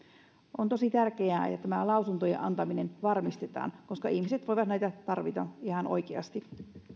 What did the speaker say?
on tosi tärkeää että tämä lausuntojen antaminen varmistetaan koska ihmiset voivat näitä tarvita ihan oikeasti